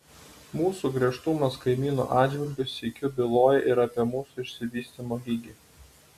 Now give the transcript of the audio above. mūsų griežtumas kaimynų atžvilgiu sykiu byloja ir apie mūsų išsivystymo lygį